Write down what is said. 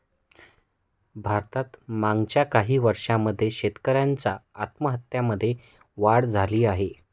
भारतात मागच्या काही वर्षांमध्ये शेतकऱ्यांच्या आत्महत्यांमध्ये वाढ झाली आहे